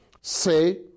Say